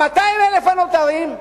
ה-200,000 הנותרים,